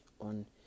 on